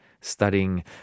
studying